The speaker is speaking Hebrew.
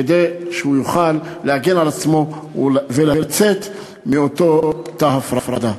כדי שהוא יוכל להגן על עצמו ולצאת מאותו תא הפרדה.